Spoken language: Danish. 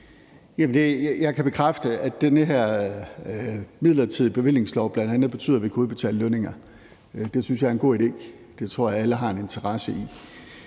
Jeg kan bekræfte, at den her midlertidige bevillingslov bl.a. betyder, at vi vil kunne udbetale lønninger. Det synes jeg er en god idé; det tror jeg alle har en interesse i.